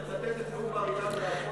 לצטט את נאום בר-אילן מהפודיום,